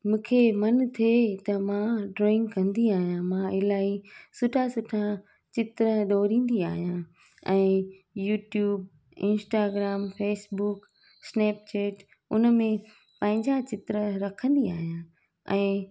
मूंखे मन थे त मां डॉईंग कंदी आहियां मां इलाही सुठा सुठा चित्र दोरींदी आयां ऐं यूटयूब इंस्टाग्राम फेसबुक स्नेपचेट उन में पंहिंजा चित्र रखंदी आहियां ऐं